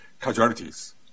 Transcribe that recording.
casualties